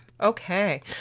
Okay